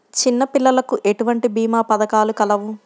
చిన్నపిల్లలకు ఎటువంటి భీమా పథకాలు కలవు?